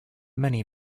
many